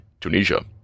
Tunisia